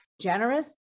generous